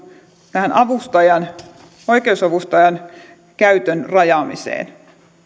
tähän oikeusavustajan käytön rajaamiseen